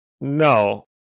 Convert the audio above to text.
No